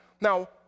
Now